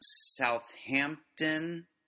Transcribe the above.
Southampton